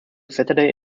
saturday